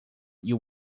you